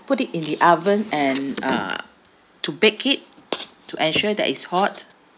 put it in the oven and uh to bake it to ensure that it's hot